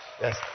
Yes